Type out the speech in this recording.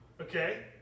Okay